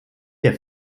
der